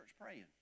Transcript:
praying